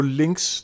links